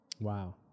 Wow